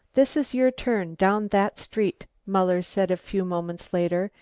this is your turn, down that street, muller said a few moments later,